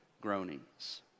Groanings